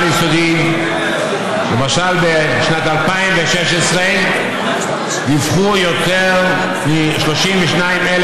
למשל בשנת 2016 דיווחו יותר מ-32,000